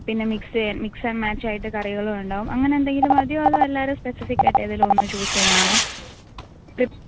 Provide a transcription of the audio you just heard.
പിന്നെ മിക്സ് ചെയ്യാം mix and match ആയിട്ട് കറികളും ഉണ്ടാവും അങ്ങനെ എന്തെങ്കിലും മതിയോ അതൊ എല്ലാവരും സ്പെസിഫിക് ആയിട്ട് ഏതെങ്കിലും ഒന്ന് ചൂസ് ചെയ്യുവാണോ